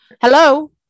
Hello